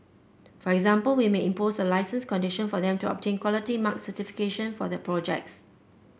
for example we may impose a licence condition for them to obtain Quality Mark certification for their projects